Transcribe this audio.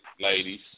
ladies